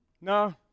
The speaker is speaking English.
No